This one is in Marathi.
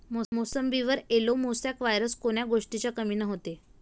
मोसंबीवर येलो मोसॅक वायरस कोन्या गोष्टीच्या कमीनं होते?